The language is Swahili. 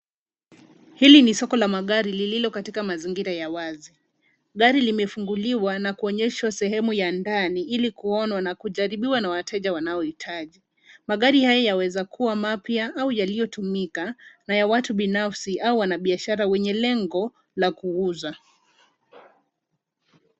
Hili ni soko la magari lililo katika mazingira ya wazi. Gari limefunguliwa na kuonyeshwa sehemu ya ndani ili kuonwa na kujaribiwa na wateja wanaohitaji. Magari haya yaweza kuwa mpya au yaliyotumika na ya watu binafsi au wanabiashara wenye lengo la kuuza.